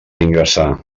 ingressar